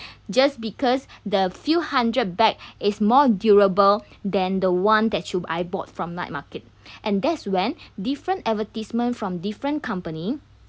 just because the few hundred bag is more durable than the one that you I bought from night market and that's when different advertisement from different company